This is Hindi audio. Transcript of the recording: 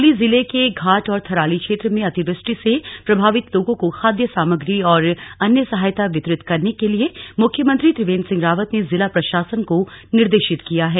चमोली जिले के घाट और थराली क्षेत्र में अतिवृष्टि से प्रभावित लोगों को खाद्य सामग्री और अन्य सहायता वितरित करने के लिए मुख्यमंत्री त्रिवेन्द्र सिंह रावत ने जिला प्रशासन को निर्देशित किया है